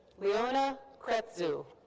leona kretzu.